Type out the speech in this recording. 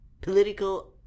political